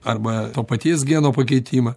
arba to paties geno pakeitimą